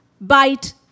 bite